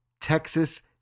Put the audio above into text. Texas